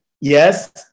yes